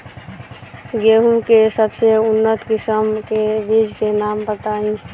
गेहूं के सबसे उन्नत किस्म के बिज के नाम बताई?